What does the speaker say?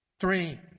Three